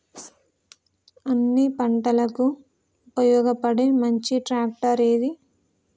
అన్ని పంటలకు ఉపయోగపడే మంచి ట్రాక్టర్ ఏది?